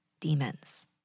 demons